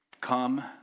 Come